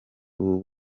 ubu